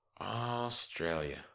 Australia